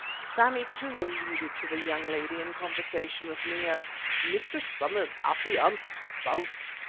sammy, too, alluded to the young lady in conversation with me, as mr. somers's affianced spouse.